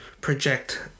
project